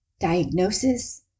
diagnosis